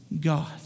God